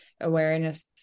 awareness